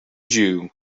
jew